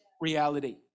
reality